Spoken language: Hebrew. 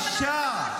-- על חולשה.